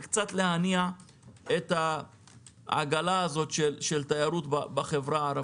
וקצת להניע את העגלה הזאת של תיירות בחברה הערבית.